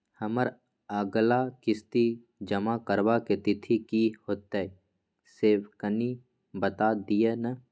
हमर अगला किस्ती जमा करबा के तिथि की होतै से कनी बता दिय न?